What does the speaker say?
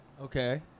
Okay